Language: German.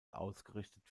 ausgerichtet